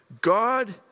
God